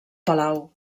palau